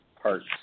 parts